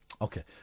Okay